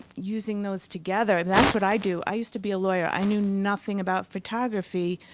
using those together and that's what i do. i used to be a lawyer. i knew nothing about photography.